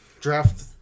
draft